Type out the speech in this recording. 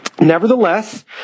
nevertheless